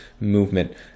movement